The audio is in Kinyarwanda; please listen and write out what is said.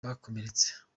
bakomeretse